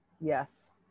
yes